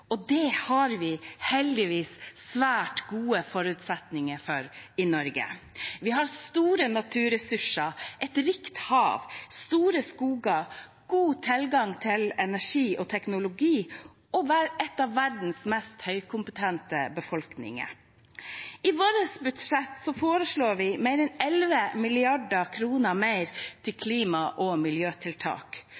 Det har vi heldigvis svært gode forutsetninger for i Norge. Vi har store naturressurser, et rikt hav, store skoger, god tilgang til energi og teknologi og en av verdens mest høykompetente befolkninger. I vårt budsjett foreslår vi mer enn 11 mrd. kr mer til